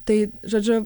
tai žodžiu